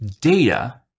data